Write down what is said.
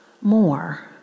more